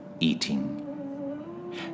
eating